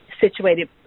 situated